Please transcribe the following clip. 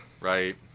Right